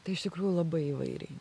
tai iš tikrųjų labai įvairiai